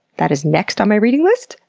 that is next on my reading list.